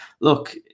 look